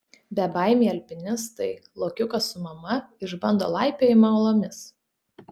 bebaimiai alpinistai lokiukas su mama išbando laipiojimą uolomis